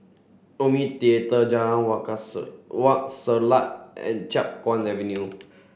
Omni Theatre Jalan Wak Wak Selat and Chiap Guan Avenue